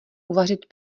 uvařit